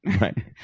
Right